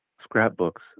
scrapbooks